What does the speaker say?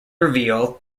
reveal